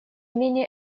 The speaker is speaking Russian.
менее